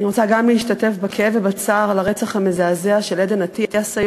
אני רוצה גם להשתתף בכאב ובצער על הרצח המזעזע של עדן אטיאס,